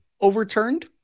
overturned